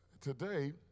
today